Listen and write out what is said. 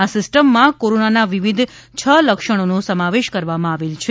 આ સિસ્ટમમાં કોરોનાના વિવિધ છ લક્ષણોનો સમાવેશ કરવામાં આવેલ છે